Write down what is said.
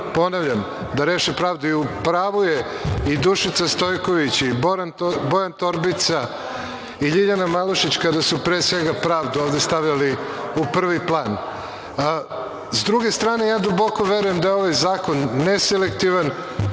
ponavljam, da reše pravdu. I u pravu je i Dušica Stojković i Bojan Torbica i Ljiljana Malušić kada su, pre svega, pravdu ovde stavljali u prvi plan.S druge strane, ja duboko verujem da je ovaj zakon neselektivan.